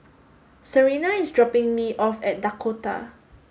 Serena is dropping me off at Dakota